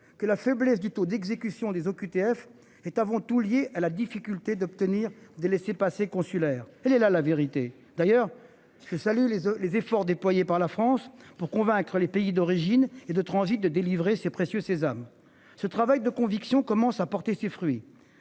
que la faiblesse du taux d'exécution des OQTF est avant tout liée à la difficulté d'obtenir des laissez-passer consulaires. Elle est la la vérité d'ailleurs ce salut les les efforts déployés par la France pour convaincre les pays d'origine et de transit de délivrer ces précieux sésames. Ce travail de conviction commence à porter ses fruits.